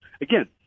Again